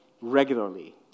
regularly